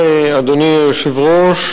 אדוני היושב-ראש,